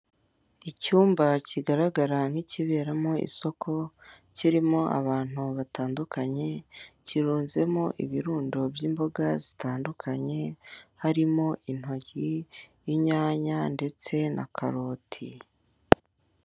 Icyumba kigaragara nk'ikiberamo isoko kirimo abantu batandukanye, kirunzemo ibirundo by'imboga zitandunkanye harimo intoryi, inyanya ndetse na karoti.